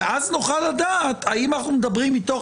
ואז נוכל לדעת האם אנחנו מדברים מתוך